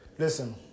Listen